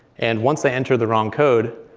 and once they enter the wrong code,